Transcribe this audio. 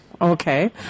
okay